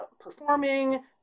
performing